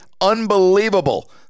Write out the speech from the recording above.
Unbelievable